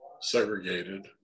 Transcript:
segregated